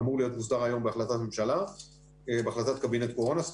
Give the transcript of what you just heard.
אמור להיות מוסדר היום בהחלטת קבינט קורונה.